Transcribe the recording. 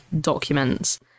documents